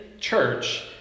church